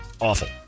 Awful